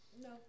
No